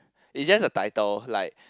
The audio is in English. it just a title like